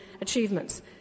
achievements